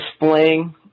displaying